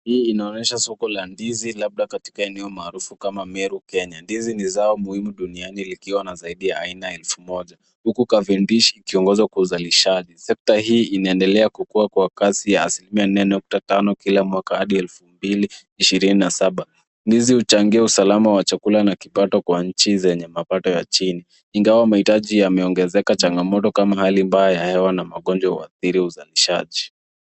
Hii inaonyesha soko la ndizi labda katika eneo maarufu kama Meru Kenya. Ndizi ni zao muhimu duniani likiwa na zaidi ya aina elfu moja, huku cavendish , ikiongoza kwa uzalishaji. Sekta hii inaendelea kukua kwa kasi ya asilimia nne nukta tano kila mwaka hadi elfu mbili ishirini na saba. Ndizi huchangia usalama wa chakula na kipato kwa nchi zenye mapato ya chini, ingawa mahitaji yameongezeka changamoto kama hali mbaya ya hewa na magonjwa huathiri uzalishaji.